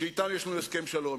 שאתן יש לנו הסכם שלום.